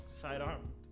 sidearm